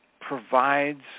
provides